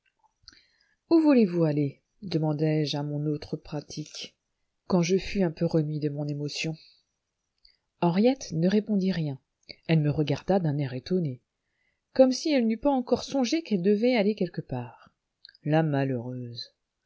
où voulez-vous aller demandai-je à mon autre pratique quand je fus un peu remis de mon émotion henriette ne répondit rien elle me regarda d'un air étonné comme si elle n'eût pas encore songé qu'elle devait aller quelque part la malheureuse